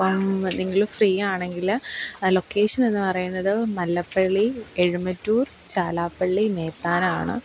അപ്പം നിങ്ങള് ഫ്രീയാണെങ്കില് ലൊക്കേഷൻ എന്ന് പറയുന്നത് മല്ലപ്പള്ളി എഴുമറ്റൂർ ചാലാപ്പള്ളി മേത്താനാണ്